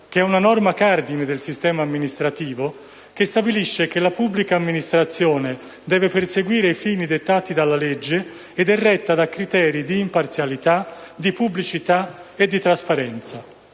1990, una norma cardine del sistema amministrativo, che stabilisce che la pubblica amministrazione deve perseguire i fini dettati dalla legge ed è retta da criteri di imparzialità, di pubblicità e di trasparenza.